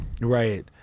Right